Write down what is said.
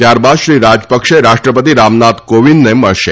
ત્યારબાદ શ્રી રાજપક્ષે રાષ્ટ્રપતી રામનાથ કોવિંદને મળશે